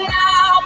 now